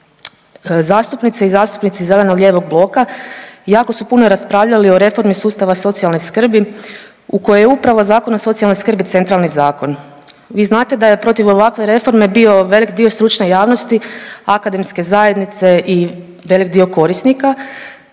Zastupnice i zastupnici zeleno-lijevog bloka jako su puno raspravljali o reformi sustava socijalne skrbi u koje je upravo Zakon o socijalnoj skrbi centralni zakon. Vi znate da je protiv ovakve reforme bio velik dio stručne javnosti, akademske zajednice i velik dio korisnika,